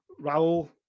Raul